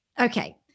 okay